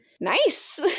nice